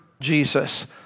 Jesus